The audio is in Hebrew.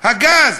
הגז.